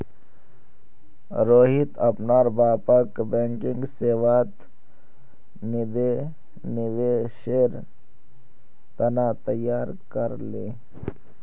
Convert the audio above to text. रोहित अपनार बापक बैंकिंग सेवात निवेशेर त न तैयार कर ले